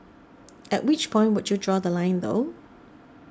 at which point would you draw The Line though